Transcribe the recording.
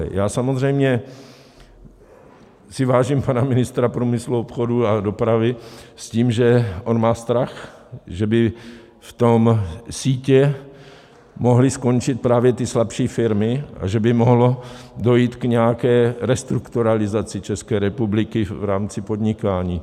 Já samozřejmě si vážím pana ministra průmyslu, obchodu a dopravy, s tím, že on má strach, že by v tom sítu mohly skončit právě ty slabší firmy a že by mohlo dojít k nějaké restrukturalizaci České republiky v rámci podnikání.